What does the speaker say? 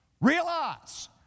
realize